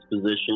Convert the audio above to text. position